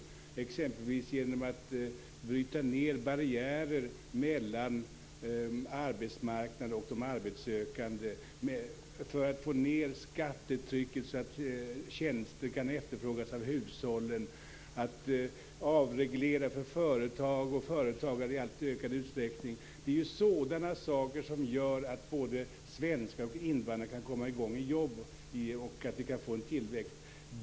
Det kan exempelvis göras genom att bryta ned barriärer mellan arbetsmarknaden och de arbetssökande, genom att få ned skattetrycket så att tjänster kan efterfrågas av hushållen och genom att avreglera för företag och företagare i allt ökad utsträckning. Det är sådana saker som gör att både svenskar och invandrare kan komma i gång i jobb och att vi kan få en tillväxt.